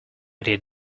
did